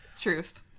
Truth